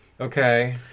Okay